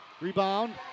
rebound